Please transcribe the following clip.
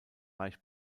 reich